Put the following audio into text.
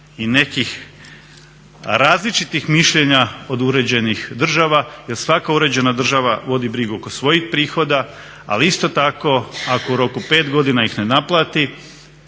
i nekih različitih mišljenja od uređenih država jer svaka uređena država vodi brigu oko svojih prihoda. Ali isto tako ako u roku od 5 godina ih ne naplati